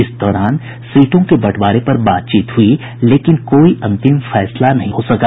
इस दौरान सीटों के बंटवारे पर बातचीत हुई लेकिन कोई अंतिम फैसला नहीं हो सका